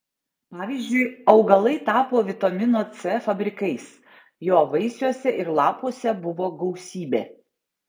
pavyzdžiui augalai tapo vitamino c fabrikais jo vaisiuose ir lapuose buvo gausybė